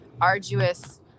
arduous